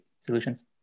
solutions